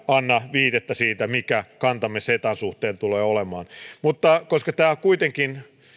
viitettä siitä mikä kantamme cetan suhteen tulee olemaan mutta koska tämä kuitenkin